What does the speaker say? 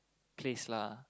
place lah